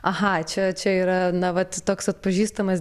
aha čia čia yra na vat toks atpažįstamas